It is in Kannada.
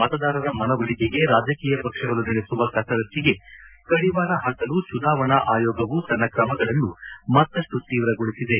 ಮತದಾರರ ಮನವೊಲಿಕೆಗೆ ರಾಜಕೀಯ ಪಕ್ಷಗಳು ನಡೆಸುವ ಕಸರತ್ತಿಗೆ ಕಡಿವಾಣ ಹಾಕಲು ಚುನಾವಣಾ ಆಯೋಗವೂ ತನ್ನ ತ್ರಮಗಳನ್ನು ಮತ್ತಷ್ಟು ತೀವ್ರಗೊಳಿಸಿದೆ